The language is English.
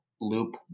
loop